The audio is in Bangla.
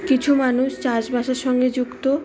কিছু মানুষ চাষবাসের সঙ্গে যুক্ত